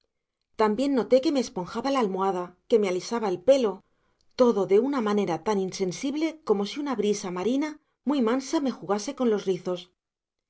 también noté que me esponjaba la almohada que me alisaba el pelo todo de una manera tan insensible como si una brisa marina muy mansa me jugase con los rizos